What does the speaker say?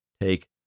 take